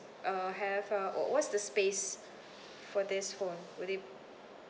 uh have a uh what's the space for this phone would it